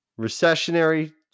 recessionary